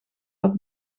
dat